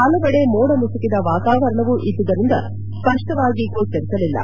ಪಲವೆಡೆ ಮೋಡ ಮುಸುಕಿದ ವಾತಾವರಣವು ಇದ್ದುದರಿಂದ ಸ್ಪಷ್ಟವಾಗಿ ಗೋಚರಿಸಲಿಲ್ಲ